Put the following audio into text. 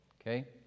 Okay